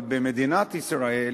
אבל במדינת ישראל,